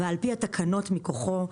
ועל פי התקנות מכוחו,